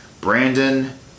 Brandon